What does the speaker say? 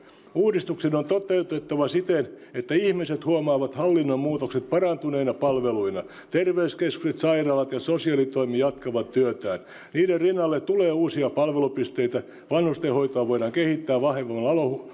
uudistukset on toteutettava siten että ihmiset huomaavat hallinnon muutokset parantuneina palveluina terveyskeskukset sairaalat ja sosiaalitoimi jatkavat työtään niiden rinnalle tulee uusia palvelupisteitä vanhustenhoitoa voidaan kehittää vahvemmalla